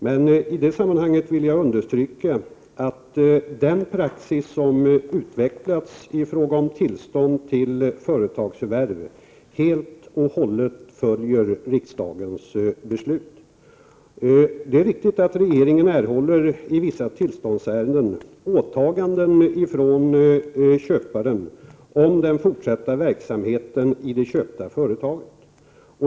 Men jag vill understryka att den praxis som utvecklats i fråga om tillstånd till företagsförvärv helt följer riksdagens beslut. Det är riktigt att regeringen i vissa tillståndsärenden erhåller utfästelser från köparen om den fortsatta verksamheten i det köpta företaget.